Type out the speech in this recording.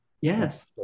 Yes